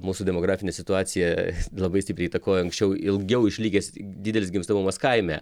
mūsų demografinę situaciją labai stipriai įtakoja anksčiau ilgiau išlikęs didelis gimstamumas kaime